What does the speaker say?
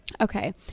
Okay